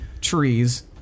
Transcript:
trees